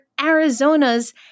Arizona's